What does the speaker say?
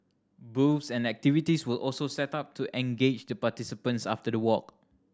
booths and activities were also set up to engage the participants after the walk